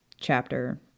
chapter